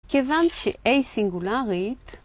כיוון ש-A סינגולרית